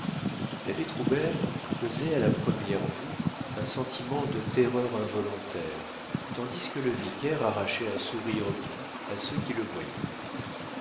l'abbé troubert causait à la première vue un sentiment de terreur involontaire tandis que le vicaire arrachait un sourire doux à ceux qui le voyaient